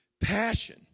Passion